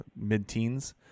mid-teens